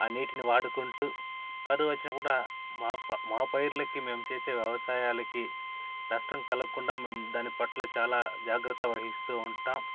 ఆ నీటిని వాడుకుంటూ కరువచ్చినప్పుడ మా ప మా పైర్లకి మేము చేసే వ్యవసాయాలకి కష్టం కలక్కుండా మేం దాని పట్ల చాలా జాగ్రత్త వహిస్తూ ఉంటాం